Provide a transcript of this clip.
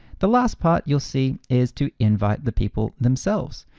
the last part you'll see is to invite the people themselves.